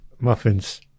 Muffins